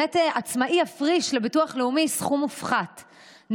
שעצמאי יפריש לביטוח לאומי סכום מופחת,